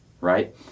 right